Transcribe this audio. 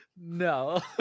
No